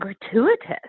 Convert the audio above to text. gratuitous